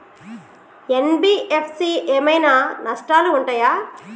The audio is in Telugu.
ఎన్.బి.ఎఫ్.సి ఏమైనా నష్టాలు ఉంటయా?